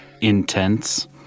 intense